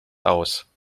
aus